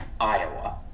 Iowa